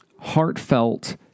heartfelt